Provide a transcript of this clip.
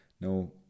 No